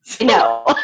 No